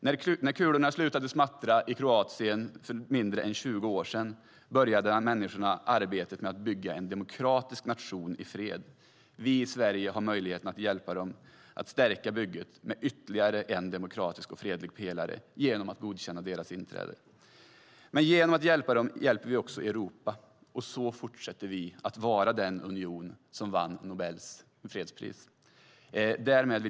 När kulorna slutade smattra i Kroatien för mindre än tjugo år sedan började människorna arbetet med att bygga en demokratisk nation i fred. Vi i Sverige har möjligheten att hjälpa dem att stärka bygget med ytterligare en demokratisk och fredlig pelare genom att godkänna deras inträde. Genom att hjälpa dem hjälper vi också Europa, och så fortsätter vi vara den union som vann Nobels fredspris.